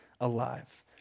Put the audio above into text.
alive